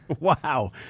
Wow